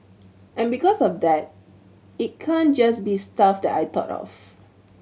and because of that it can't just be stuff that I thought of